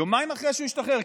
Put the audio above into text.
יומיים אחרי שהוא השתחרר,